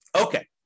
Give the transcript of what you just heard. Okay